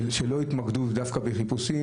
התמקדו דווקא בחיפושים,